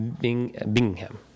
Bingham